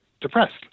depressed